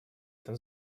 этом